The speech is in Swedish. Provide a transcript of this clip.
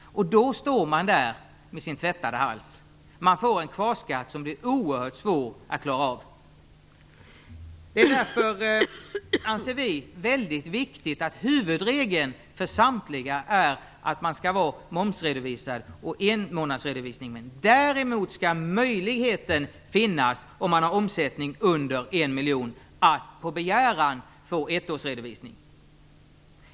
Då står man där med sin tvättade hals. Man får en kvarskatt som blir oerhört svår att klara av. Vi anser därför att det är väldigt viktigt att huvudregeln för samtliga skall vara enmånadsredovisning när det gäller moms. Däremot skall det finnas möjlighet, om omsättningen understiger 1 miljon, att på begäran få ettårsredovisning.